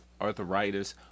arthritis